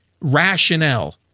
rationale